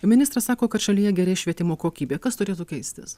ministras sako kad šalyje gerės švietimo kokybė kas turėtų keistis